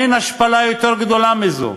אין השפלה יותר גדולה מזו.